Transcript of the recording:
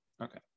Okay